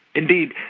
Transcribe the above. indeed,